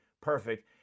perfect